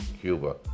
Cuba